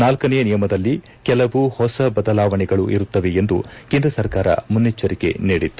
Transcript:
ನಾಲ್ಲನೇ ನಿಯಮದಲ್ಲಿ ಕೆಲವು ಹೊಸ ಬದಲಾವಣೆಗಳು ಇರುತ್ತವೆ ಎಂದು ಕೇಂದ್ರ ಸರ್ಕಾರ ಮುನ್ನೆಚ್ಚರಿಕೆ ನೀಡಿತ್ತು